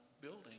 building